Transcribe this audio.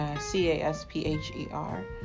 C-A-S-P-H-E-R